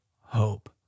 hope